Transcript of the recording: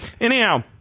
Anyhow